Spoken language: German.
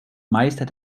meister